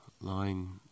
lying